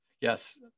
yes